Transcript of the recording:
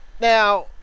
Now